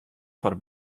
foar